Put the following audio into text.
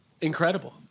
incredible